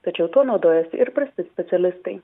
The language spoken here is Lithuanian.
tačiau tuo naudojasi ir prasti specialistai